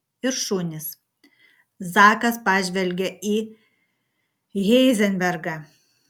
ir šunys zakas pažvelgė į heizenbergą